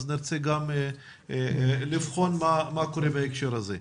אז נרצה גם לבחון מה קורה בהקשר הזה.